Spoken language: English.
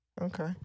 Okay